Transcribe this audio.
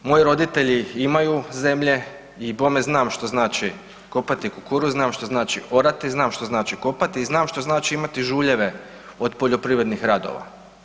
Moji roditelji imaju zemlje i bome znam što znači kopati kukuruz, znam što znači orati, znam što znači kopati i znam što znači imati žuljeve od poljoprivrednih radova.